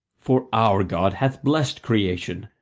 for our god hath blessed creation,